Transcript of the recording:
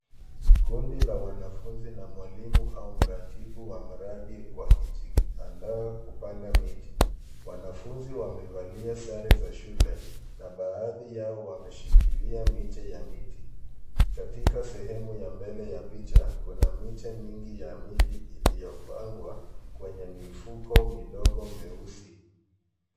Kundi la wanafunzi na mwalimu au mratibu wa mradi wakijiandaa kupanda miti. Wanafunzi wamevalia sare za shule, na baadhi yao wameshikilia miche ya miti. Katika sehemu ya mbele ya picha, kuna miche mingi ya miti iliyopangwa, kwenye mifuko midogo meusi.